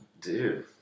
Dude